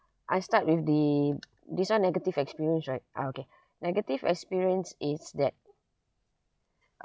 I start with the this [one] negative experience right ah okay negative experience is that